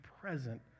present